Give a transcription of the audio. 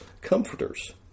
comforters